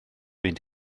fynd